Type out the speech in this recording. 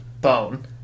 bone